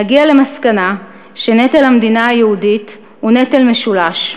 נגיע למסקנה שנטל המדינה היהודית הוא נטל משולש: